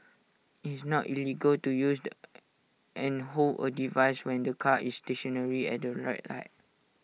IT is not illegal to use and hold A device when the car is stationary at the red light